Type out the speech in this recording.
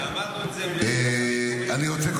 אמרנו את זה --- אני רוצה,